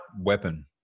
weapon